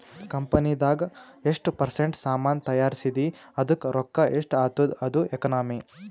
ಕಂಪನಿದಾಗ್ ಎಷ್ಟ ಪರ್ಸೆಂಟ್ ಸಾಮಾನ್ ತೈಯಾರ್ಸಿದಿ ಅದ್ದುಕ್ ರೊಕ್ಕಾ ಎಷ್ಟ ಆತ್ತುದ ಅದು ಎಕನಾಮಿ